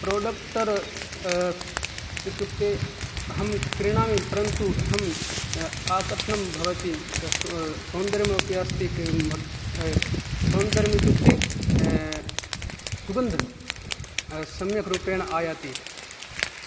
productor इत्युक्ते अहं क्रीणामि परन्तु अहं आकर्षणं भवति सौ सौन्दर्यमपि अस्ति कि सौन्दर्यम् इत्युक्ते सुगन्ध सम्यक् रूपेण आयाति